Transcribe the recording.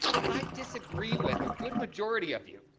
and i disagree with a good majority of you.